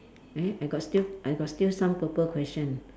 eh I got still I got still some purple question